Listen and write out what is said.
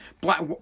black